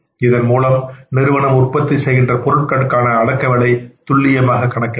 இதன் மூலம் நிறுவனம் உற்பத்தி செய்கின்ற பொருளுக்கான அடக்கவிலை துல்லியமானதாக கணக்கிடப்படும்